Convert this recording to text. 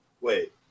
Wait